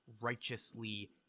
righteously